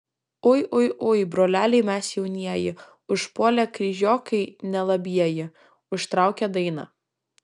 ui ui ui broleliai mes jaunieji užpuolė kryžiokai nelabieji užtraukė dainą